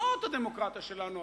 זאת הדמוקרטיה שלנו,